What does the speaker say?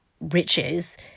riches